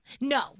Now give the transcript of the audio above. No